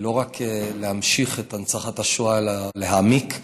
לא רק להמשיך את הנצחת השואה אלא להעמיק.